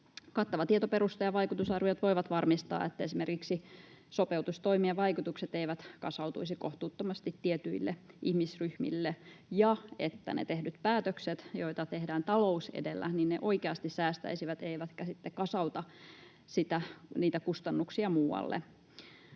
Kattava tietoperusta ja vaikutusarviot voivat varmistaa, että esimerkiksi sopeutustoimien vaikutukset eivät kasautuisi kohtuuttomasti tietyille ihmisryhmille ja että ne tehdyt päätökset, joita tehdään talous edellä, oikeasti säästäisivät eivätkä sitten kasauta niitä kustannuksia muualle.